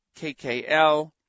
KKL